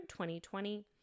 2020